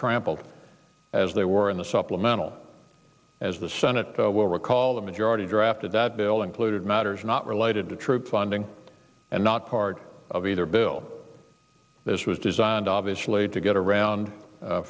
trampled as they were in the supplemental as the senate will recall the majority drafted that bill includes matters not related to troop funding and not part of either bill this was designed obviously to get around